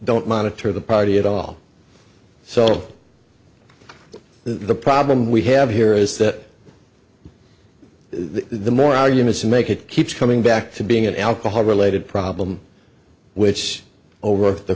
don't monitor the party at all so the problem we have here is that the more arguments you make it keeps coming back to being an alcohol related problem which over the